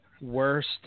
worst